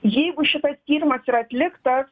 jeigu šitas tyrimas yra atliktas